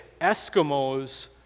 Eskimos